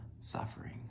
suffering